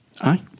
Aye